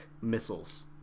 missiles